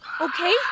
okay